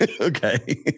Okay